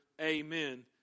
Amen